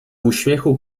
uśmiechu